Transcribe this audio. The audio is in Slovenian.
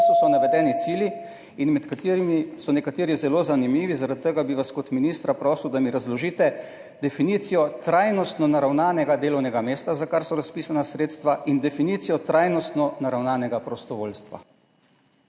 so navedeni cilji, nekateri so zelo zanimivi. Zaradi tega bi vas kot ministra prosil, da mi razložite definicijo trajnostno naravnanega delovnega mesta, za kar so razpisana sredstva, in definicijo trajnostno naravnanega prostovoljstva.